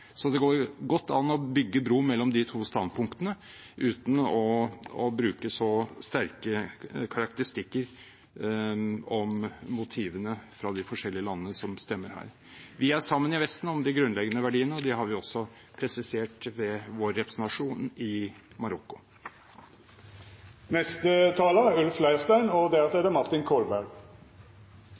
Så det går godt an å bygge bro mellom de to standpunktene uten å bruke så sterke karakteristikker om motivene fra de forskjellige landene som stemmer her. Vi er sammen i Vesten om de grunnleggende verdiene, og de har vi også presisert ved vår representasjon i Marokko. Jeg synes det er